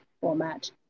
format